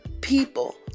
people